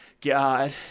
God